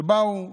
באו היהודים,